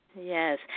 Yes